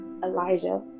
Elijah